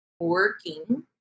working